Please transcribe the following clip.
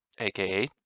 aka